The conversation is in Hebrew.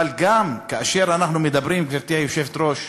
אבל גם, כאשר אנחנו מדברים, גברתי היושבת-ראש,